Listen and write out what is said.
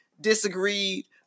disagreed